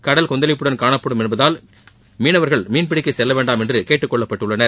கடல் கொந்தளிப்புடன் காணப்படும் என்பதால் மீனவா்கள் மீன் பிடிக்க செல்ல வேண்டாம் என்று கேட்டுக் கொள்ளப்பட்டுள்ளனர்